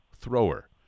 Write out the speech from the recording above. thrower